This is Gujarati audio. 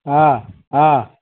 હા હા